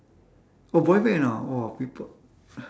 oh boy band ah !wah! people